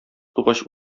тугач